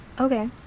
Okay